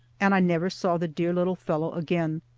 and i never saw the dear little fellow again.